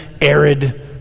arid